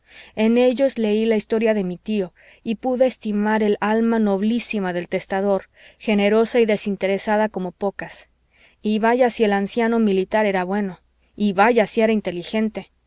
en ellos leí la historia de mi tío y pude estimar el alma nobilísima del testador generosa y desinteresada como pocas y vaya si el anciano militar era bueno y vaya si era inteligente